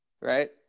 Right